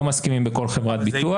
לא מסכימים בכל חברת ביטוח.